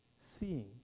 seeing